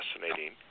fascinating